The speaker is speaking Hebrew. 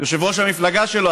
יושב-ראש המפלגה שלו,